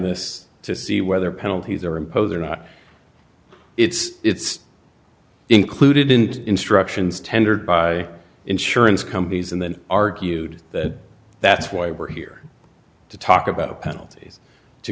this to see whether penalties are imposed or not it's included in the instructions tendered by insurance companies and then argued that that's why we're here to talk about penalt